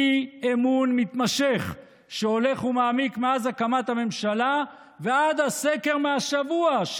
אי-אמון מתמשך שהולך ומעמיק מאז הקמת הממשלה ועד הסקר מהשבוע,